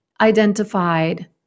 identified